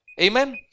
Amen